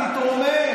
תתרומם.